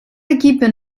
équipes